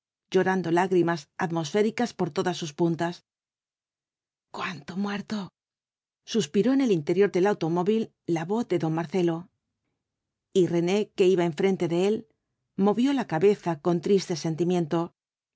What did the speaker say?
llorando lágrimas atmosféricas por todas sus puntas cuánto muerto suspiró en el interior del automóvil la voz de don marcelo y rene que iba enfrente de él movió la cabeza con triste sentimiento